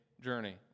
journey